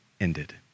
ended